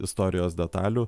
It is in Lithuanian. istorijos detalių